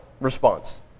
response